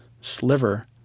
sliver